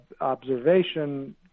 observation